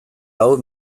hau